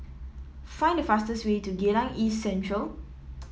find the fastest way to Geylang East Central